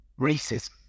racism